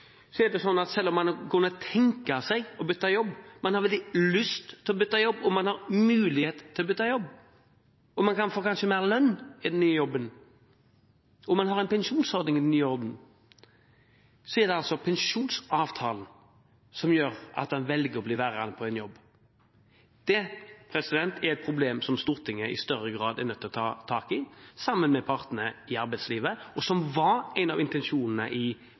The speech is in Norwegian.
er det sånn at selv om man kunne tenke seg å bytte jobb, man har veldig lyst til å bytte jobb, man har mulighet til å bytte jobb, man kan kanskje få mer lønn i den nye jobben, og man har en pensjonsordning i den nye jobben, er det altså pensjonsavtalen som gjør at man velger å bli værende i en jobb. Det er et problem som Stortinget i større grad er nødt til å ta tak i sammen med partene i arbeidslivet, som en av intensjonene i